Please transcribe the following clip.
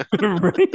right